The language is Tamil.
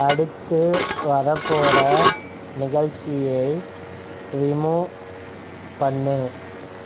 அடுத்து வரப்போகற நிகழ்ச்சியை ரிமூவ் பண்ணு